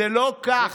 זה לא כך.